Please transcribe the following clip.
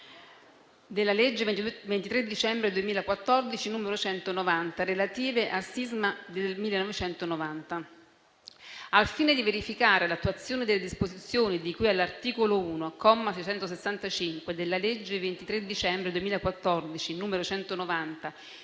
della legge 23 dicembre 2014 n. 190, relative al sisma del 1990*) 1. Al fine di verificare l'attuazione delle disposizioni di cui all'articolo 1, comma 665, della legge 23 dicembre 2014, n. 190,